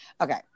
okay